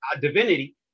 divinity